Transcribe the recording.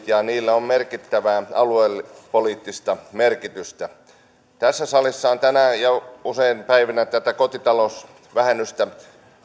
ja niillä on merkittävää aluepoliittista merkitystä tässä salissa on tänään ja useina päivinä tätä kotitalousvähennystä